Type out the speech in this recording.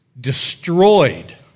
destroyed